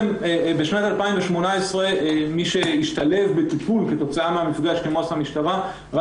בשנת 2018 מי השתלב בטיפול כתוצאה מהמפגש עם עו"ס המשטרה היו